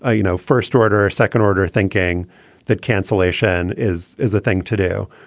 ah you know, first order or second order thinking that cancellation is is the thing to do.